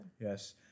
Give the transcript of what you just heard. Yes